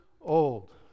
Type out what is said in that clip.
old